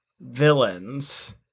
villains